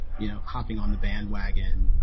you know, hopping on the bandwagon ah,